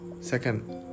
Second